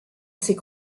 ses